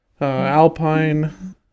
alpine